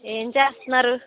ఏం చేస్తున్నారు